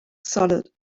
solid